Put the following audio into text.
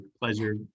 pleasure